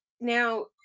Now